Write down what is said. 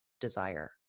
desire